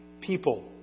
people